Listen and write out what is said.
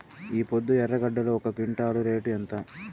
ఈపొద్దు ఎర్రగడ్డలు ఒక క్వింటాలు రేటు ఎంత?